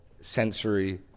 sensory